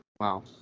wow